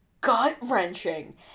gut-wrenching